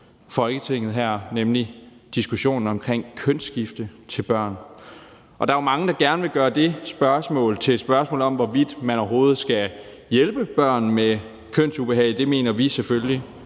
Folketinget, nemlig diskussionen om kønsskifte til børn. Der er mange, der gerne vil gøre det til et spørgsmål om, hvorvidt man overhovedet skal hjælpe børn med kønsubehag. Det mener vi selvfølgelig